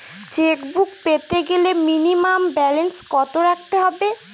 Chequebook পেতে গেলে minimum balance কত রাখতে হবে?